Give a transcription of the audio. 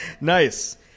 Nice